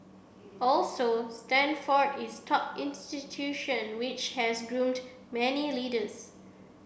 also Stanford is top institution which has groomed many leaders